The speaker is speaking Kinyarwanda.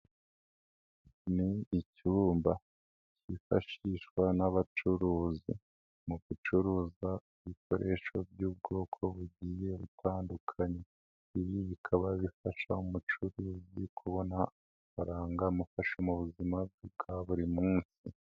Ni icyumba cyifashishwa n'abacuruzi mu gucuruza ibikoresho by'ubwoko bugiye bitandukanye. Ibi bikaba bifasha umucuruzi kubona amafaranga amufasha mu buzima bwe bwa buri munsi.